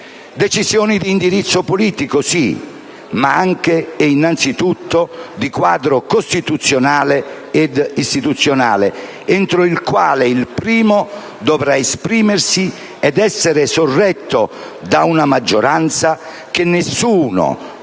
Decisioni di indirizzo politico sì, ma anche e innanzitutto di quadro costituzionale ed istituzionale, entro il quale il primo dovrà esprimersi ed essere sorretto da una maggioranza che nessuno,